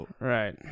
Right